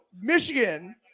Michigan